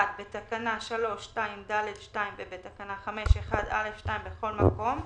(1)בתקנה 3(2)(ד)(2) ובתקנה 5(1)(א)(2), בכל מקום,